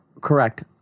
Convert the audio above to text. Correct